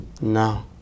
no